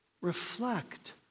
reflect